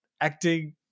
acting